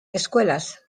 escuelas